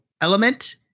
element